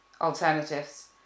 alternatives